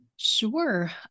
Sure